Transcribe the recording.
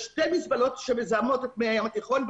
שתי מזבלות שמזהמות את מי הים התיכון,